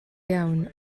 iawn